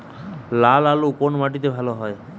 লাল আলু কোন মাটিতে ভালো হয়?